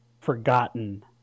forgotten